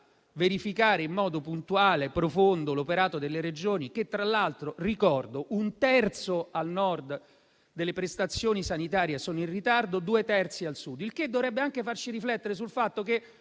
verificare, in modo puntuale e profondo, l'operato delle Regioni. Tra l'altro, ricordo che un terzo delle prestazioni sanitarie al Nord sono in ritardo e due terzi al Sud. Il che dovrebbe anche farci riflettere sul fatto che